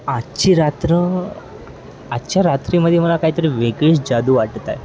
आजची रात्र आजच्या रात्रीमध्ये मला काहीतरी वेगळीच जादू वाटत आहे